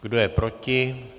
Kdo je proti?